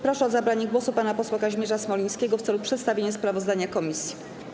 Proszę o zabranie głosu pana posła Kazimierza Smolińskiego w celu przedstawienia sprawozdania komisji.